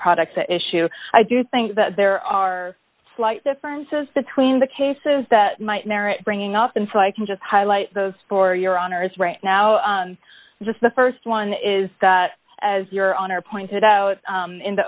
products at issue i do think that there are slight differences between the cases that might merit bringing up and so i can just highlight those for your honour's right now just the st one is that as your honor pointed out in the